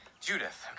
judith